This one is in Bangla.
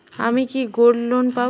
আমি কি গোল্ড লোন পাবো?